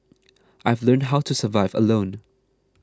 I've learnt how to survive alone